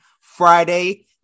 Friday